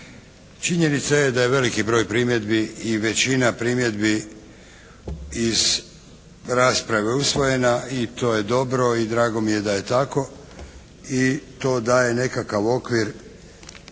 Činjenica je da je veliki broj primjedbi i većina primjedbi iz rasprave usvojena i to je dobro i drago mi je da je tako i to daje nekakav okvir koji